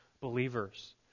believers